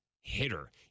hitter